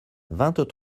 vingt